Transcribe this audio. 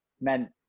meant